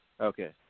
Okay